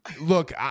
Look